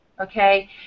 Okay